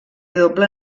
doble